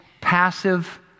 passive